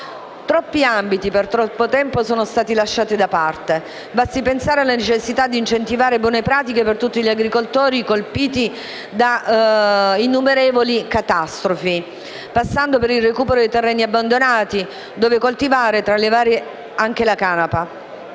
Troppi ambiti, per troppo tempo, sono stati lasciati da parte. Basti pensare alla necessità di incentivare buone pratiche per tutti gli agricoltori colpiti da innumerevoli catastrofi, passando per il recupero dei terreni abbandonati dove coltivare, tra le varie, anche la canapa.